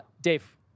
Dave